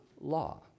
law